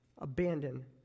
abandon